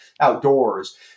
outdoors